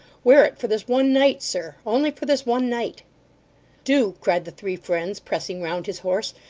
wear it for this one night, sir only for this one night do! cried the three friends, pressing round his horse.